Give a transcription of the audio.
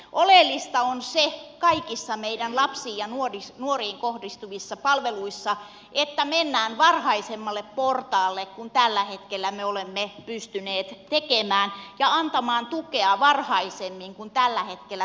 oleellista on kaikissa meidän lapsiin ja nuoriin kohdistuvissa palveluissa se että mennään varhaisemmalle portaalle kuin mille tällä hetkellä me olemme pystyneet menemään ja annetaan tukea varhaisemmin kuin tällä hetkellä tehdään